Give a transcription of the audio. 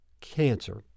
cancer